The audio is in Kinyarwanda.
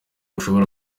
ushobora